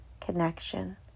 connection